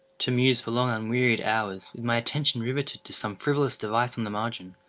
to muse for long unwearied hours, with my attention riveted to some frivolous device on the margin,